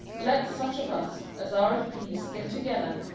let such of us as are at peace get together,